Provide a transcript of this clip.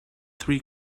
three